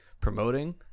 promoting